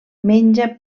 menja